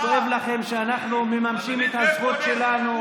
כואב לכם שאנחנו מממשים את הזכות שלנו.